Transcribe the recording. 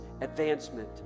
advancement